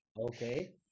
Okay